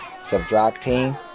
subtracting